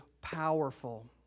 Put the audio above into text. powerful